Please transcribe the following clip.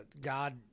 God